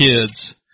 kids